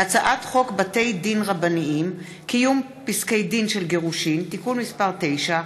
הצעת חוק בתי דין רבניים (קיום פסקי דין של גירושין) (תיקון מס' 9)